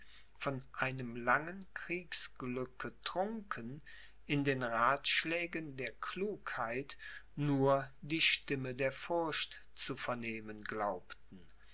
von einem langen kriegsglücke trunken in den rathschlägen der klugheit nur die stimme der furcht zu vernehmen glaubten